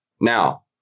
now